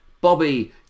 Bobby